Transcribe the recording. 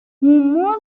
hummus